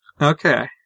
Okay